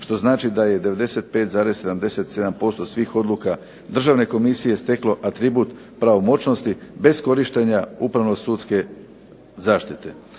što znači da je 95,77% svih odluka Državne komisije steklo atribut pravomoćnosti bez korištenja upravno-sudske zaštite.